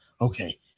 okay